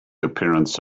appearance